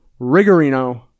Rigorino